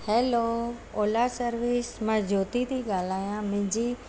hello Ola service मां ज्योति थी ॻाल्हायां मुंहिंजी